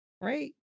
right